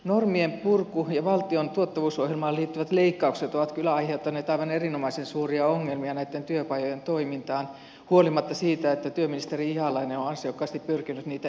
normien purku ja valtion tuottavuusohjelmaan liittyvät leikkaukset ovat kyllä aiheuttaneet aivan erinomaisen suuria ongelmia näitten työpajojen toimintaan huolimatta siitä että työministeri ihalainen on ansiokkaasti pyrkinyt niitä edistämään